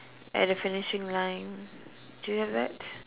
at the finishing line do you have that